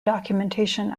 documentation